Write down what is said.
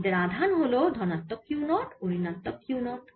এদের আধান হল ধনাত্মক Q 0 ও ঋণাত্মক Q 0